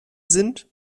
sind